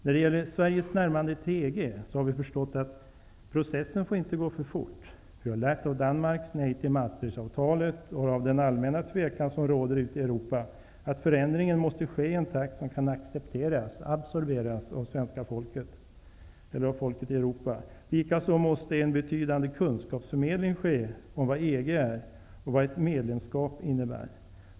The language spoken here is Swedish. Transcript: När det gäller Sveriges närmande till EG har vi förstått att processen inte får gå för fort. Vi har lärt av Danmarks nej till Maastrichtavtalet, och av den allmänna tvekan som råder ute i Europa, att förändringen måste ske i en takt som kan accepteras och absorberas av folken i Europa. Likaså måste en betydande kunskapsförmedling ske om vad EG är och vad ett medlemskap innebär.